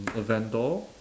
a vendor